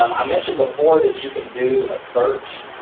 um i mentioned before that you can do a search,